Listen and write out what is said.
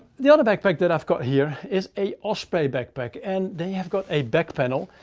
the other backpack that i've got here is a osprey backpack and they have got a back panel,